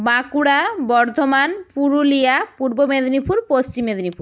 Bankura Bardhaman Purulia Purba Medinipur Paschim Medinipur